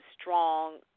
strong